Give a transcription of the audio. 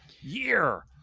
year